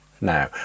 now